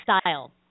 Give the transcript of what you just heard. style